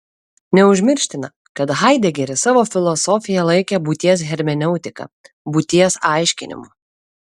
neužmirština kad haidegeris savo filosofiją laikė būties hermeneutika būties aiškinimu